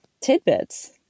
tidbits